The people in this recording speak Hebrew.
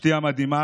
אשתי המדהימה,